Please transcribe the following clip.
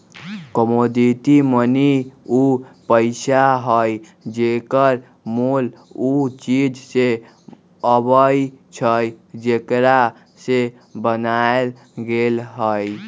commodity money उ पइसा हइ जेकर मोल उ चीज से अबइ छइ जेकरा से बनायल गेल हइ